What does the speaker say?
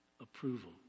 approval